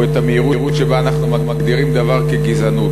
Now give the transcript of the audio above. או את המהירות שבה אנחנו מגדירים דבר כגזענות.